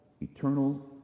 eternal